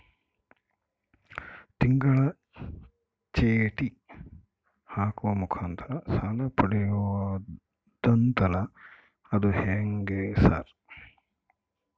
ತಿಂಗಳ ಚೇಟಿ ಹಾಕುವ ಮುಖಾಂತರ ಸಾಲ ಪಡಿಬಹುದಂತಲ ಅದು ಹೆಂಗ ಸರ್?